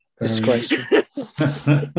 Disgraceful